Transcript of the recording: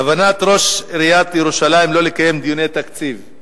כוונת ראש עיריית ירושלים שלא לקיים דיוני תקציב,